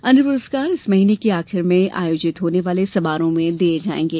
अन्य पुरस्कार इस महीने के आखिर में आयोजित होने वाले समारोह में दिये जाएंगे